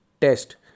test